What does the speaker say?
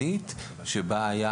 הקיים?